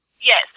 Yes